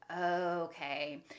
Okay